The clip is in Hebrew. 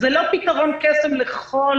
זה לא פתרון קסם לכל